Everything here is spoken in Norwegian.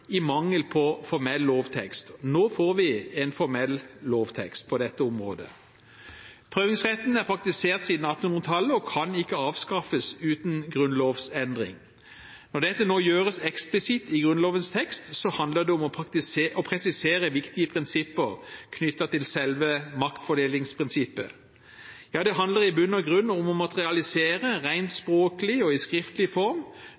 mangel på formell lovtekst. Nå får vi en formell lovtekst på dette området. Prøvingsretten er praktisert siden 1800-tallet og kan ikke avskaffes uten grunnlovsendring. Når dette nå gjøres eksplisitt i Grunnlovens tekst, handler det om å presisere viktige prinsipper knyttet til selve maktfordelingsprinsippet. Ja, det handler i bunn og grunn om å materialisere rent språklig og i skriftlig form